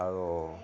আৰু